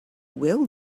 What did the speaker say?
will